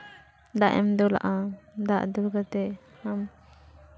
ᱫᱟᱜ ᱮᱢ ᱫᱩᱞᱟᱜᱼᱟ ᱫᱟᱜ ᱫᱩᱞ ᱠᱟᱛᱮᱫ ᱮᱢ